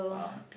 ah